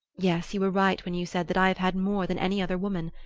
yes, you were right when you said that i have had more than any other woman.